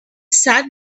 sat